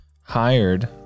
hired